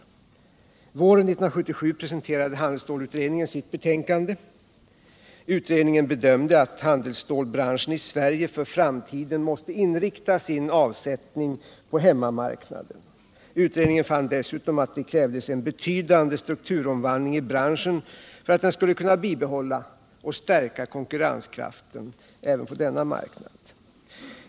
Våren 1977 presenterade handelsstålsutredningen sitt betänkande. Utredningen bedömde att handelsstålsbranschen i Sverige för framtiden måste inrikta sin avsättning på hemmamarknaden. Utredningen fann dessutom att det krävdes en betydande strukturomvandling i branschen för att den skulle kunna bibehålla och stärka konkurrenskraften även på denna marknad.